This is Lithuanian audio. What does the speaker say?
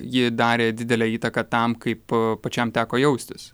ji darė didelę įtaką tam kaip pačiam teko jaustis